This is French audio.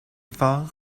forme